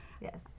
Yes